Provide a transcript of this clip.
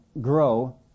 grow